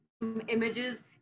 images